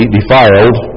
defiled